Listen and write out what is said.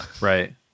Right